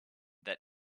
that